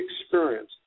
experience